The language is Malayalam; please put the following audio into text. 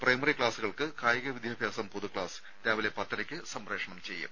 പ്രൈമറി ക്ലാസുകൾക്ക് കായിക വിദ്യാഭ്യാസം പൊതുക്സാസ് രാവിലെ പത്തരക്ക് സംപ്രേഷണം ചെയ്യും